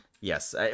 Yes